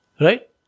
Right